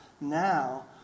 now